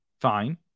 fine